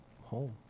home